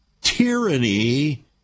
tyranny